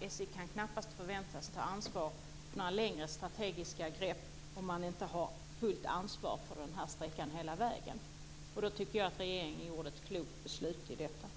SJ kan knappast förväntas ta ansvar för några längre strategiska grepp om man inte har fullt ansvar för denna sträcka hela vägen. Då tycker jag att regeringen fattade ett klokt beslut i fråga om detta.